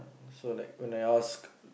so like when I asked